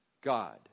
God